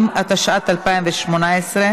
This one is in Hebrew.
בסדר.